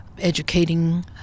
educating